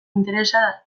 interesa